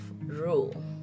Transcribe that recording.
rule